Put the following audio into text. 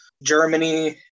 Germany